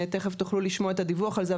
תיכף תוכלו לשמוע את הדיווח על זה,